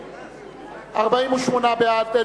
23), התש"ע 2010, מי בעד?